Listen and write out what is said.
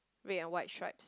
red and white stripes